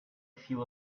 few